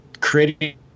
creating